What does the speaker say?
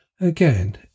Again